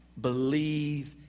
believe